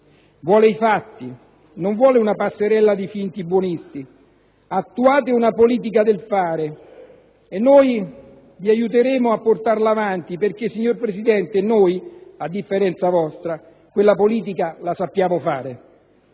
Vuole i fatti. Non vuole una passerella di finti buonisti. Attuate una politica del fare e noi vi aiuteremo a portarla avanti perché noi, signor Presidente, a differenza vostra, sappiamo fare